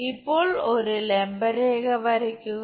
ഇപ്പോൾ ഒരു ലംബ രേഖ വരയ്ക്കുക